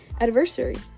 adversary